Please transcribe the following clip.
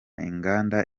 inganda